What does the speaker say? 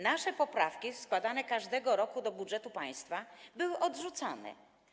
Nasze poprawki składane każdego roku do budżetu państwa były odrzucane.